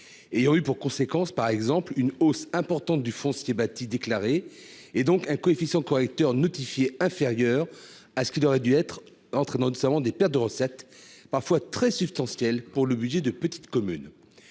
exemple pour conséquence une hausse importante du foncier bâti déclaré. Ainsi, le coefficient correcteur notifié est inférieur à ce qu'il aurait dû être, ce qui entraîne notamment des pertes de recettes parfois très substantielles pour le budget de petites communes.